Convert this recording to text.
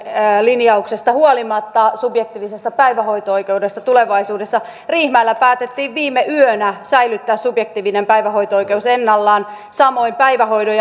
linjauksesta huolimatta subjektiivisesta päivähoito oikeudesta tulevaisuudessa riihimäellä päätettiin viime yönä säilyttää subjektiivinen päivähoito oikeus ennallaan samoin päivähoidon